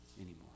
anymore